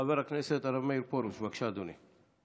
חבר הכנסת הרב מאיר פרוש, בבקשה, אדוני.